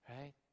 right